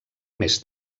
més